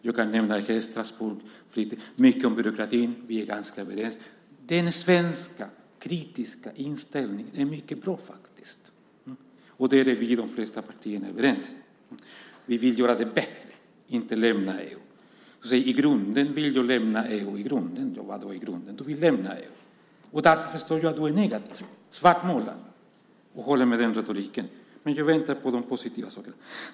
Jag kan nämna flytten till Strasbourg och mycket om byråkratin. Vi är ganska överens. Den svenska kritiska inställningen är mycket bra. Där är vi i de flesta partierna överens. Vi vill göra det bättre, inte lämna EU. Du säger att i grunden vill du lämna EU. Vad då i grunden? Du vill lämna EU. Därför förstår jag att du är negativ och svartmålar. Men jag väntar på de positiva sakerna.